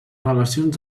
relacions